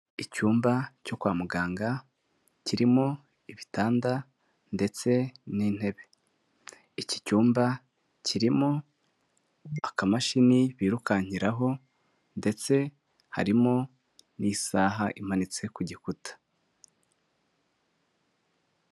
Icyumba cyo kwa muganga, kirimo ibitanda, ndetse n'intebe, iki cyumba kirimo akamashini birukankiraho, ndetse harimo n'isaha imanitse ku gikuta.